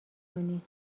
کنی